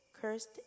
Cursed